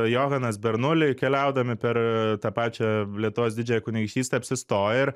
johanas bernuli keliaudami per tą pačią lietuvos didžiąją kunigaikštystę apsistojo ir